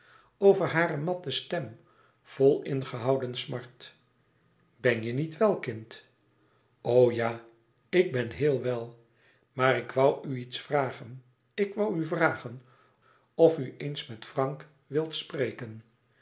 over hare matte stem vol ingehouden smart ben je niet wel kind o ja ik ben heel wel maar ik woû u iets vragen ik woû u vragen of u eens met frank wilt spreken